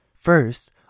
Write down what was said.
First